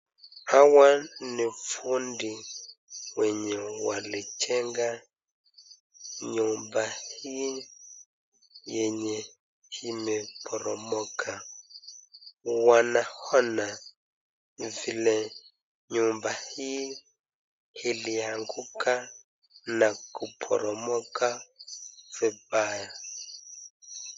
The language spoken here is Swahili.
Hawa ni fundi wenye walijenga nyumba hii yenye imeporomoka. Wanaona vile nyumba hii ilianguka na kuporomoka vibaya.